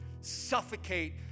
suffocate